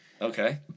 Okay